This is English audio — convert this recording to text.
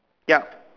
ya